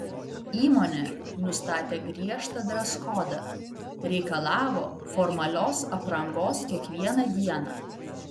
įmonė nustatė griežtą dreskodą reikalavo formalios aprangos kiekvieną dieną